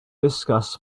discuss